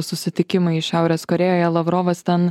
susitikimai šiaurės korėjoje lavrovas ten